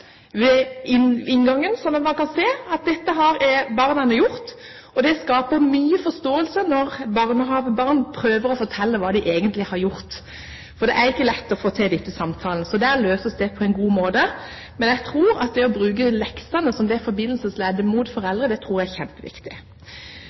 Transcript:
ved inngangen, slik at man kan se hva barna har gjort. Dette skaper mye forståelse når barnehagebarn prøver å fortelle hva de egentlig har gjort. Det er ikke lett å få til disse samtalene, men der løses det på en god måte. Jeg tror at det å bruke leksene som forbindelsesleddet mot